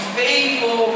faithful